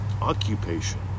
Occupation